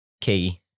Key